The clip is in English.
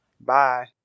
Bye